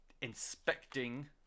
inspecting